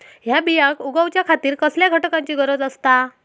हया बियांक उगौच्या खातिर कसल्या घटकांची गरज आसता?